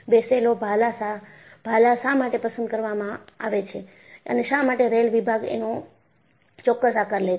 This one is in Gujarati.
બેસેલા ભાલા શા માટે પસંદ કરવામાં આવે છે અને શા માટે રેલ વિભાગ એનો ચોક્કસ આકાર લે છે